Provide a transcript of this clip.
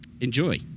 enjoy